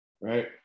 Right